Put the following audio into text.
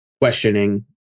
questioning